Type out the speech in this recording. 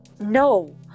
No